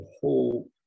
whole